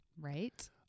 Right